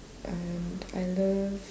and I love